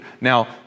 Now